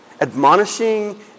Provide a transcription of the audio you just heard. Admonishing